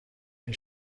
این